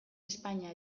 espainia